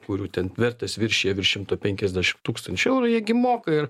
kurių ten vertės viršija virš šimto penkiasdešimt tūkstančių eurų jie gi moka ir